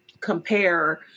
compare